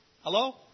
Hello